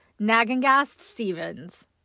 Nagengast-Stevens